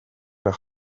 nach